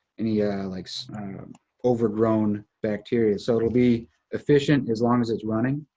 and yeah like, so overgrown bacteria. so it'll be efficient as long as it's running.